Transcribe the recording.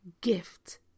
gift